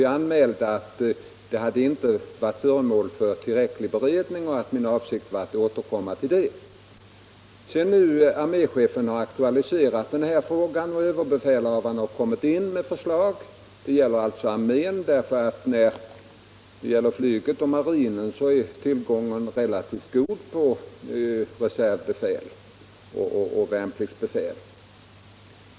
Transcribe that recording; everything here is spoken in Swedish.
Jag anmälde att frågan inte hade varit föremål för tillräcklig beredning och att min avsikt var att återkomma i ärendet. Detta gäller armén. Inom flyget och marinen är tillgången relativt god på reservbefäl och värnpliktsbefäl.